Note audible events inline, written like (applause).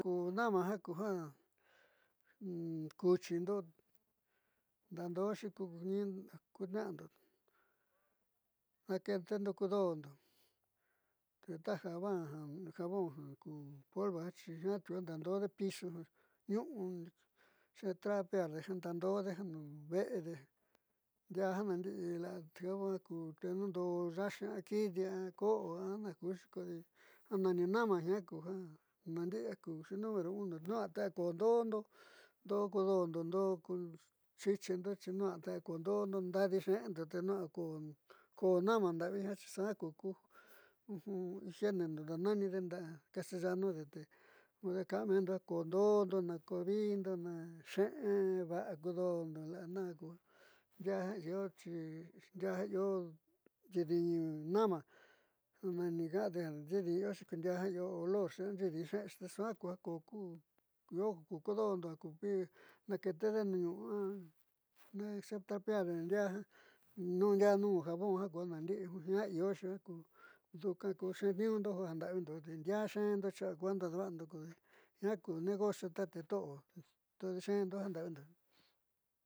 Ku nama ja ku ja kuchiindo ndaado'oxi ku ne'eando nakeetendo ku do'ondo te taja jabon ku polvo jiaa kuu ja daando'onde pisu ñuu xe trapearde ndaando'ode ja nu ve'ede ndiaa janandi'i la'a te nuundo'o yaa yi a kidi a ko'o a nakiuuxi kodi ja nani nama ja naandi'i jaku n (hesitation) 1 tenuja a kuundo'ondo ndo'o ku do'ondo ndo'o xiichindo xi a kundo'ondo ndaadi xe'endo te nuja ako'o nama ndavi te suaa ku igienendo dananide castellanode te ka'a nevendo ja koo ndo'ondo nako viindo ne xe'en va'a ku do'ondo la'a nakundiaa ja io ndiaa ja io nxiidin nama ja nani ka'ande xiidin ioxi ko ndiaa jiaa io olorxi ko suaá ko ja kuckondo ja naketede nuu ñu'u a xe trapearde ndiaa ndiaa nuun jabon ja naandi'i jia ku ja io nduka xeetni'inunda janda'avindo te diaá xe'enda xi a ku ja daava'ando ko jiaa ku negocio tateto'ote xe'endo janda'avindo.